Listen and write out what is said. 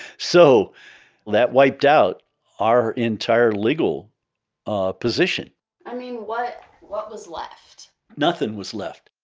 so that wiped out our entire legal ah position i mean, what what was left? nothing was left.